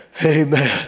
amen